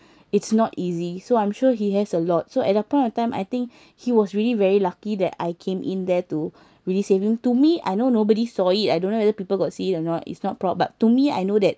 it's not easy so I'm sure he has a lot so at that point of time I think he was really very lucky that I came in there to really save him to me I know nobody saw it I don't know whether people got see it or not it's not proud but to me I know that